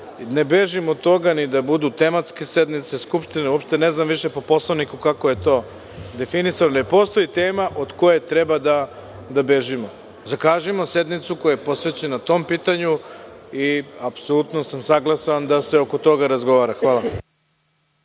ne bežim od toga ni da budu tematske sednice Skupštine. Ne znam više po Poslovniku kako je to definisano, ali ne postoji tema od koje treba da bežimo. Zakažimo sednicu koja je posvećena tom pitanju i apsolutno sam saglasan da se oko toga razgovara. Hvala.